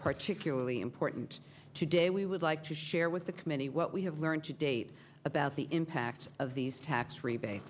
particularly important today we would like to share with the committee what we have learned to date about the impact of these tax rebate